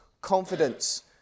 confidence